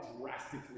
drastically